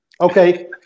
Okay